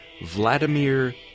Vladimir